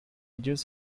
ellos